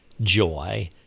joy